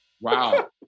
Wow